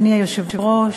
אדוני היושב-ראש,